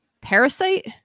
parasite